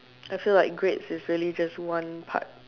I feel like grades it's really just one part